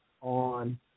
on